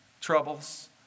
troubles